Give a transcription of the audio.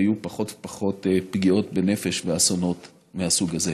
ויהיו פחות ופחות פגיעות בנפש ואסונות מהסוג הזה.